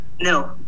No